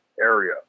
area